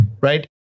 right